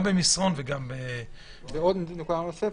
גם במסרון וגם --- ועוד נקודה נוספת,